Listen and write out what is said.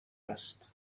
است